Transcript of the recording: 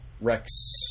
Rex